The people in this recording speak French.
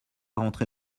rentré